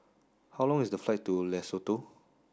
how long is the flight to Lesotho